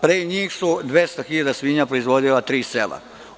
Pre njih su 200 hiljada svinja proizvodila tri sela.